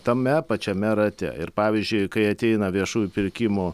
tame pačiame rate ir pavyzdžiui kai ateina viešųjų pirkimų